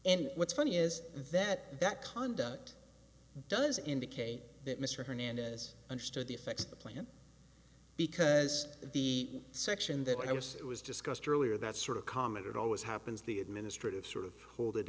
and what's funny is that that conduct does indicate that mr hernandez understood the effects of the plan because the section that i was it was discussed earlier that's sort of common it always happens the administrative sort of hold it